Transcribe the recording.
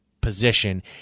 position